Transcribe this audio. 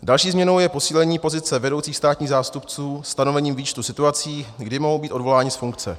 Další změnou je posílení pozice vedoucích státních zástupců stanovením výčtu situací, kdy mohou být odvoláni z funkce.